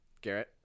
Garrett